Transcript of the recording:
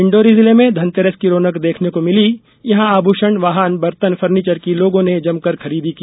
डिण्डोरी जिले में धनतेरस की रौनक देखने को मिली यहां आभूषण वाहन बर्तन फर्नीचर की लोगों ने जमकर खरीदी की